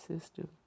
system